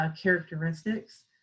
characteristics